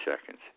seconds